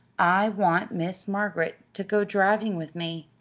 i want miss margaret to go driving with me.